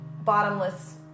bottomless